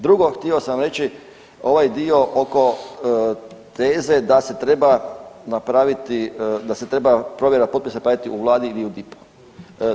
Drugo, htio sam reći, ovaj dio oko teze da se treba napraviti, da se treba provjera potpisa raditi u Vladi ili u DIP-u.